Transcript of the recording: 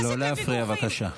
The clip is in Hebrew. לא להפריע, בבקשה.